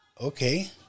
okay